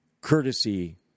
courtesy